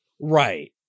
right